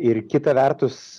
ir kita vertus